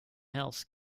health